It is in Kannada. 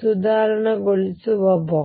ಸಾಧಾರಣಗೊಳಿಸುವ ಬಾಕ್ಸ್